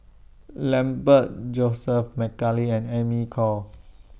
Lambert Joseph Mcnally and Amy Khor